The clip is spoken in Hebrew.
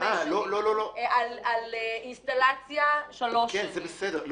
על אינסטלציה שלוש שנים.